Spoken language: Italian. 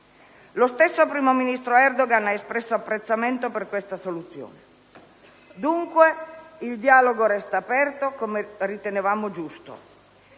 Lo stesso primo ministro Erdogan ha espresso apprezzamento per questa soluzione. Il dialogo resta dunque aperto, come ritenevamo giusto.